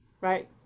right